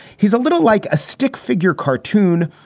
he's a little like a stick figure cartoon.